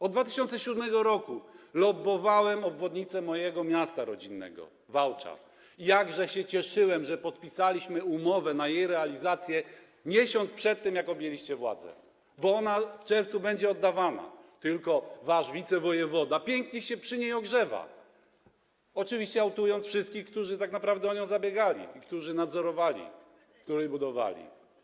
Od 2007 r. lobbowałem za obwodnicą mojego rodzinnego miasta, Wałcza, i jakże się cieszyłem, że podpisaliśmy umowę na jej realizację miesiąc przed tym, jak objęliście władzę, bo ona w czerwcu będzie oddawana do użytku, tylko wasz wicewojewoda pięknie się przy niej ogrzewa, oczywiście autując wszystkich, którzy tak naprawdę o nią zabiegali, którzy nadzorowali jej budowę, którzy ją budowali.